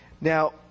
Now